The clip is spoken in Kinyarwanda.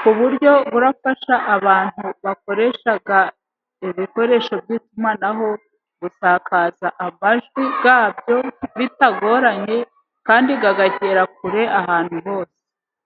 ku buryo urafasha abantu bakoresha ibikoresho by'itumanaho, usakaza amajwi yawo bitagoranye kandi akagera kure ahantu hose.